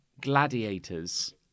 gladiators